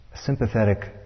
sympathetic